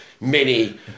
Mini